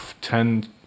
ten